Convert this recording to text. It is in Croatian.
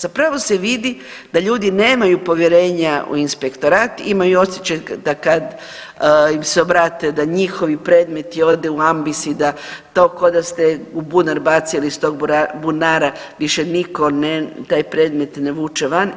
Zapravo se vidi da ljudi nemaju povjerenja u inspektorat, imaju osjećaj da kad im se obrate da njihovi predmeti odu u ambis i da to ko da ste u bunar bacili iz tog bunara više niko taj predmet ne vuče van.